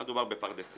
היה מדובר בפרדסים,